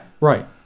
right